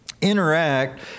interact